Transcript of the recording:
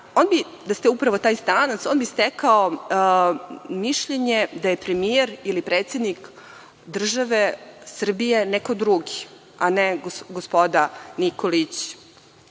da ste taj stranac, on bi stekao mišljenje da je premijer ili predsednik države Srbije neko drugi, a ne gospodin Nikolić